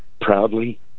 proudly